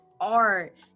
art